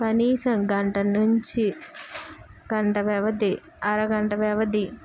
కనీసం గంట నుంచి గంట వ్యవధ అరగంట వ్యవధి